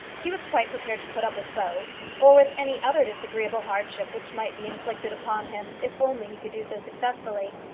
he was quite prepared to put up with both, or with any other disagreeable hardship which might be inflicted upon him, if only he could do so successfully.